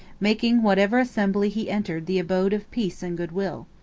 making whatever assembly he entered the abode of peace and good-will.